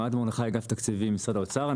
אוהד מרדכי, אגף תקציבים, משרד האוצר.